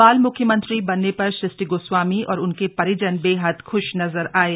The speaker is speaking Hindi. बाल मुख्यमंत्री बनने पर सृष्टि गोस्वामी और उनके परिजन बेहद खुश नज़र आये